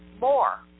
more